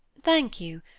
thank you.